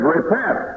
Repent